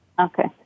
Okay